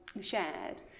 shared